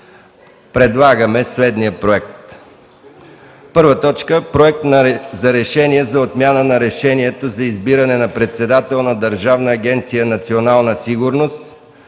Предлагаме следния проект: 1. Проект за решение за отмяна на Решението за избиране на председател на Държавна агенция „Национална сигурност“,